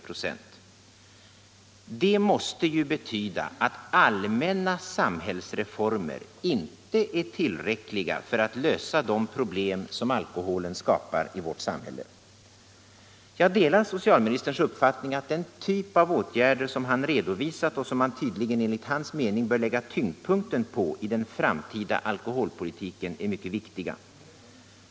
Detta måste ju betyda att allmänna samhällsreformer inte är tillräckliga för att lösa de problem som alkoholen skapar i vårt samhälle. Jag delar socialministerns uppfattning att den typ av åtgärder som han redovisat och som man tydligen enligt hans mening bör lägga tyngdpunkten på i den framtida alkoholpolitiken är mycket viktiga.